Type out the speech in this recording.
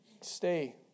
stay